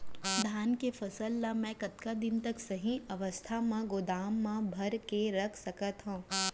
धान के फसल ला मै कतका दिन तक सही अवस्था में गोदाम मा भर के रख सकत हव?